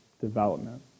development